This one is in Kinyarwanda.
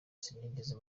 sinigeze